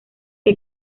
que